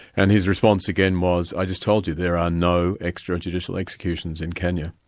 and his response again was, i just told you, there are no extrajudicial executions in kenya.